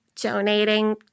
donating